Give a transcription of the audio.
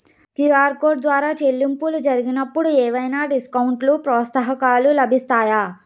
QR code ద్వారా చెల్లింపులు జరిగినప్పుడు ఏవైనా డిస్కౌంట్ లు, ప్రోత్సాహకాలు లభిస్తాయా?